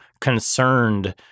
concerned